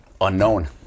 unknown